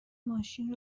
ماشین